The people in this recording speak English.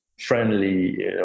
friendly